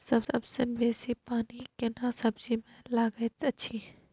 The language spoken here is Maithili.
सबसे बेसी पानी केना सब्जी मे लागैत अछि?